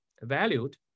valued